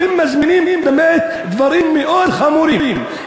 אתם מזמינים באמת דברים מאוד חמורים.